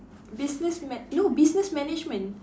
business man~ no business management